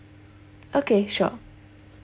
okay sure